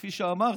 כפי שאמרתי,